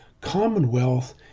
Commonwealth